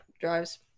drives